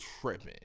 tripping